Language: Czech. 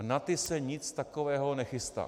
Na ty se nic takového nechystá.